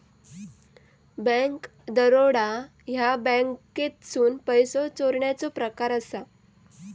bank दरोडा ह्या बँकेतसून पैसो चोरण्याचो प्रकार असा